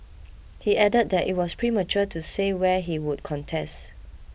he added that it was premature to say where he would contest